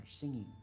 singing